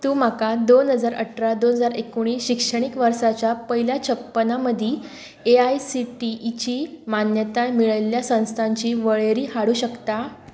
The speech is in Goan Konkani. तूं म्हाका दोन हजार अठरा दोन हजार एकुणीस शिक्षणीक वर्साच्या पयल्या छप्पना मदीं ए आय सी टी ईची मान्यताय मेळिल्ल्या संस्थांची वळेरी हाडूंक शकता